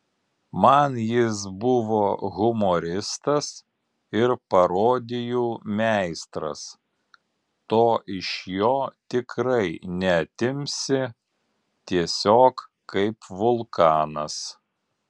man jis buvo humoristas ir parodijų meistras to iš jo tikrai neatimsi tiesiog kaip vulkanas